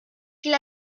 qu’il